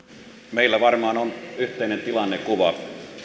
meillä varmaan on yhteinen tilannekuva